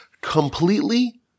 completely